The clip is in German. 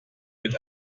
mit